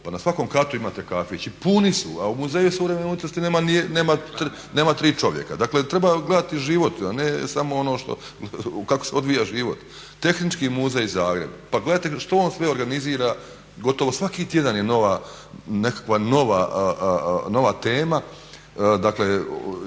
pa na svakom katu imate kafić i puni su, a u Muzeju suvremene umjetnosti nema tri čovjeka. Dakle, treba gledati život a ne samo ono kako se odvija živit. Tehnički muzej Zagreb, pa gledajte što on sve organizira gotovo svaki tjedan je nova nekakva nova, nova tema dakle